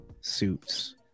suits